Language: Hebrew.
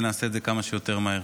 ונעשה את זה כמה שיותר מהר.